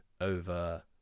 over